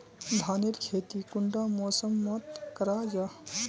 धानेर खेती कुंडा मौसम मोत करा जा?